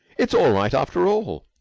it's all right after all.